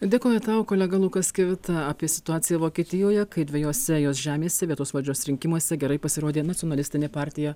dėkoju tau kolega lukas kivita apie situaciją vokietijoje kai dvejose jos žemėse vietos valdžios rinkimuose gerai pasirodė nacionalistinė partija